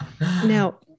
Now